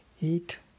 eat